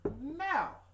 Now